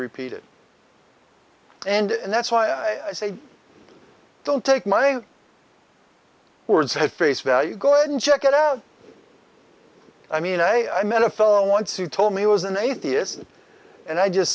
repeat it and that's why i say don't take my words at face value go ahead and check it out i mean i met a fellow once you told me he was an atheist and i just